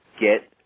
get